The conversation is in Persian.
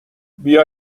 بیا